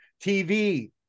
tv